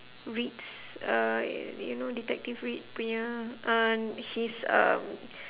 reid's uh you know detective reid punya uh his um